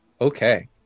Okay